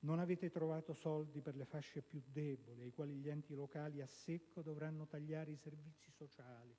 Non avete trovato soldi per le fasce più deboli, ai quali gli enti locali a secco dovranno tagliare i servizi sociali